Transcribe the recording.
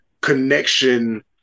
connection